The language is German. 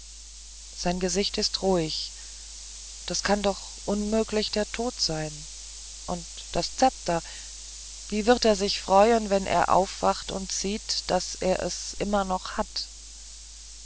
sein gesicht ist ruhig das kann doch unmöglich der tod sein und das zepter wie wird er sich freuen wenn er aufwacht und sieht das er es immer noch hat